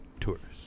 tourists